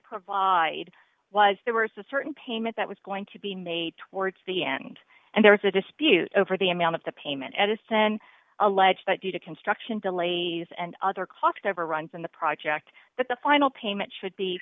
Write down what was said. provide was their worst a certain payment that was going to be made towards the end and there was a dispute over the amount of the payment edison alleged but due to construction delays and other cost overruns in the project that the final payment should be